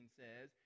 says